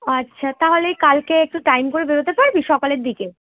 আচ্ছা তাহলে কালকে একটু টাইম করে বেরোতে পারবি সকালের দিকে